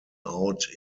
out